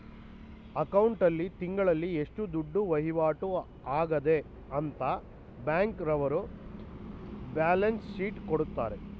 account ಆಲ್ಲಿ ತಿಂಗಳಲ್ಲಿ ಎಷ್ಟು ದುಡ್ಡು ವೈವಾಟು ಆಗದೆ ಅಂತ ಬ್ಯಾಂಕ್ನವರ್ರು ಬ್ಯಾಲನ್ಸ್ ಶೀಟ್ ಕೊಡ್ತಾರೆ